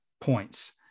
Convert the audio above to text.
points